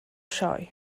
sioe